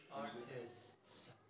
Artists